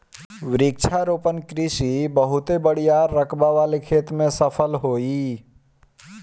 वृक्षारोपण कृषि बहुत बड़ियार रकबा वाले खेत में सफल होई